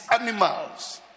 animals